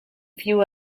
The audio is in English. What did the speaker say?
few